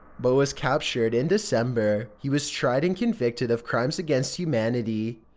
but was captured in december. he was tried and convicted of crimes against humanity.